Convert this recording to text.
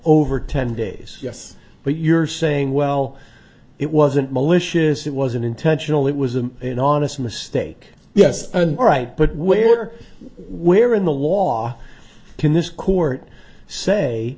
over ten days yes but you're saying well it wasn't malicious it wasn't intentional it was a an honest mistake yes and right but where where in the law can this court say